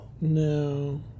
No